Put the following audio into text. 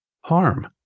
Harm